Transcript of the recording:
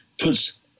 puts